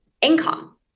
income